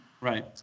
right